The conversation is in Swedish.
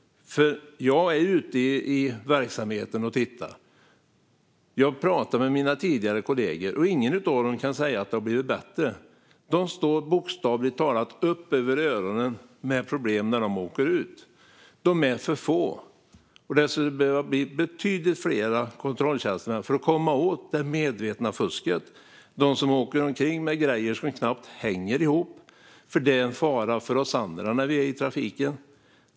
Jag är ute i verksamheten och tittar och pratar med mina tidigare kollegor, och ingen av dem kan säga att det har blivit bättre. De står med problem bokstavligt talat upp över öronen när de åker ut. Det skulle behöva bli betydligt fler kontrolltjänstemän för att komma åt det medvetna fusket - de som åker omkring med grejer som knappt hänger ihop - för det är en fara för oss andra när vi är i trafiken.